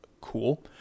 cool